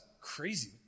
crazy